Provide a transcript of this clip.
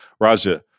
Raja